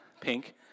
Pink